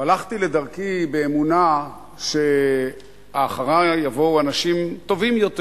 הלכתי לדרכי באמונה שאחרי יבואו אנשים טובים יותר,